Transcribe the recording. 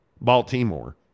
Baltimore